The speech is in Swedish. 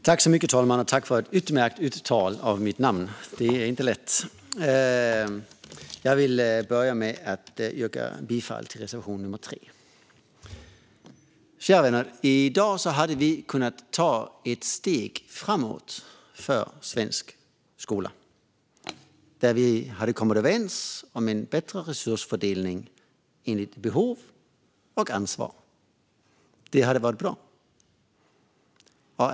Fru talman! Jag vill börja med att yrka bifall till reservation nummer 3. Kära vänner! I dag hade vi kunnat ta ett steg framåt för svensk skola. Vi hade kunnat komma överens om en bättre resursfördelning, efter behov och ansvar. Det hade varit bra.